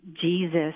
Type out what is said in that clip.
Jesus